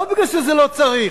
לא מפני שלא צריך.